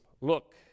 Look